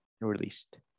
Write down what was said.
released